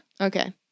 Okay